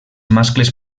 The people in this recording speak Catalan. mascles